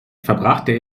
verbrachte